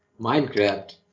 Minecraft